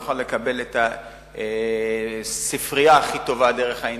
ויוכל לקבל את הספרייה הכי טובה דרך האינטרנט,